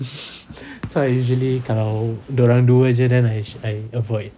so I usually kalau dia orang dua jer then I I avoid